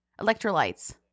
Electrolytes